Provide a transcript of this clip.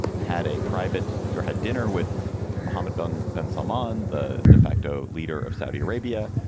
had a private or had dinner with mohammed bin, then summoned the de facto leader of saudi arabia,